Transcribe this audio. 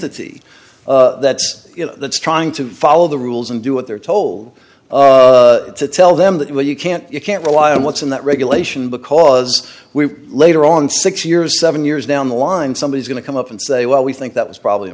that's trying to follow the rules and do what they're told to tell them that well you can't you can't rely on what's in that regulation because we later on six years seven years down the line somebody's going to come up and say well we think that was probably a